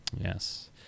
Yes